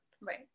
Right